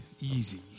easy